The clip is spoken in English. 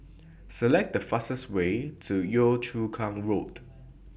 Select The fastest Way to Yio Chu Kang Road